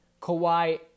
Kawhi